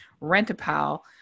Rent-a-Pal